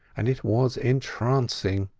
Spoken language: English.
and it was entrancing.